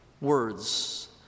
words